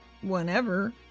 whenever